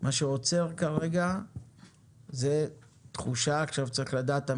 מה שעוצר כרגע זאת תחושה עכשיו צריך לדעת אם היא